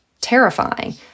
terrifying